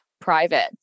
private